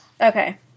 Okay